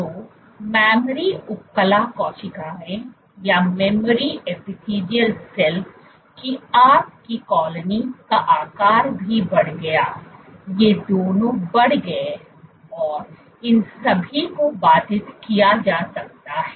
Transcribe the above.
तो मेमोरी उपकला कोशिकाओं की आपकी कॉलोनी का आकार भी बढ़ गया ये दोनों बढ़ गए और इन सभी को बाधित किया जा सकता है